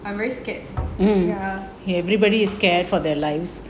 I'm very scared ya